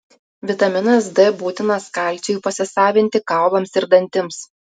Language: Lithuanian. vitaminas d būtinas kalciui pasisavinti kaulams ir dantims